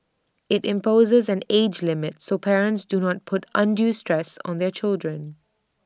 IT imposes an age limit so parents do not put undue stress on their children